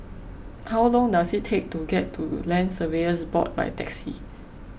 how long does it take to get to Land Surveyors Board by taxi